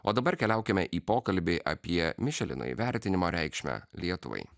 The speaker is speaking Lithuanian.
o dabar keliaukime į pokalbį apie mišelino įvertinimo reikšmę lietuvai